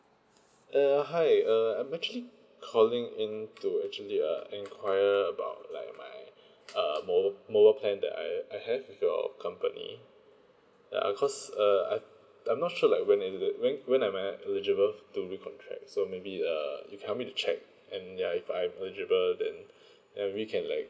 uh hi uh I'm actually calling in to actually uh inquire about like my uh mo~ mobile plan the I I have with your company ya because err I'm I'm not sure like when is it when when I'm a eligible to recontract so maybe uh you help me to check and ya if I eligible then and we can like